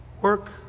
work